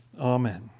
Amen